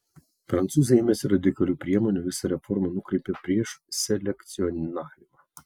prancūzai ėmėsi radikalių priemonių visą reformą nukreipė prieš selekcionavimą